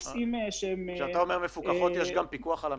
האם יש גם פיקוח על המחיר?